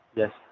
yes